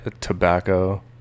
Tobacco